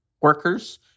Workers